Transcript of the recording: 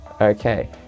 Okay